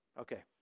Okay